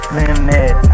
limit